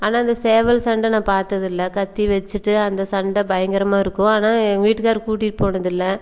ஆனால் இந்த சேவல் சண்டை நான் பார்த்ததில்ல கத்தி வச்சிகிட்டு அந்த சண்டை பயங்கரமாக இருக்கும் ஆனால் எங்கள் வீட்டுக்கார் கூட்டிகிட்டு போனதில்லை